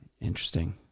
Interesting